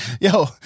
Yo